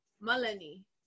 Melanie